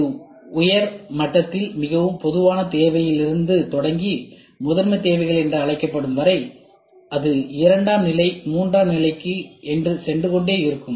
இது உயர் மட்டத்தில் மிகவும் பொதுவான தேவையிலிருந்து தொடங்கி முதன்மைத் தேவைகள் என்று அழைக்கப்படும் வரை அது இரண்டாம் நிலை மூன்றாம் நிலைக்குச் சென்று கொண்டே இருக்கும்